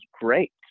great